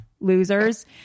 Losers